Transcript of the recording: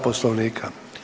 Poslovnika.